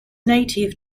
native